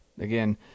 Again